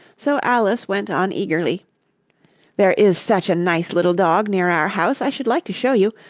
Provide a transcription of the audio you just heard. so alice went on eagerly there is such a nice little dog near our house i should like to show you!